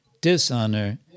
dishonor